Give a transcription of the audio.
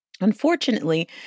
unfortunately